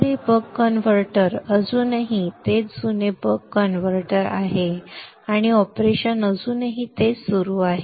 तर हे buck converter अजूनही तेच जुने बक कन्व्हर्टर आहे आणि ऑपरेशन अजूनही तेच सुरू आहे